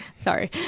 Sorry